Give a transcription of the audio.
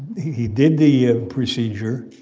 he did the ah procedure.